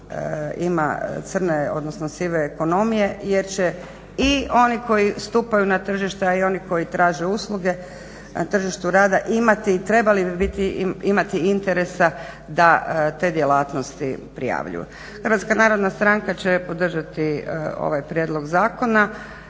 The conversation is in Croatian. ima crne odnosno sive ekonomije jer će i oni koji stupaju na tržište, a i oni koji traže usluge na tržištu rada imati i trebali bi imati interesa da te djelatnosti prijavljuju. Hrvatska narodna stranka će podržati ovaj prijedlog zakona.